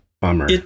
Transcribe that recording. bummer